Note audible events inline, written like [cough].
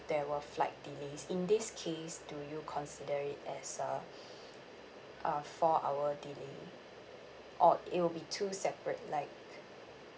there were flight delays in this case do you consider it as a [breath] uh four hour delay or it will be two separate like